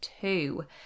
two